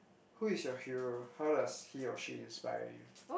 who is your hero how does he or she inspire you